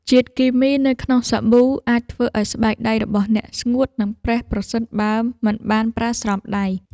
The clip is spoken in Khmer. ជាតិគីមីនៅក្នុងសាប៊ូអាចធ្វើឱ្យស្បែកដៃរបស់អ្នកស្ងួត និងប្រេះប្រសិនបើមិនបានប្រើស្រោមដៃ។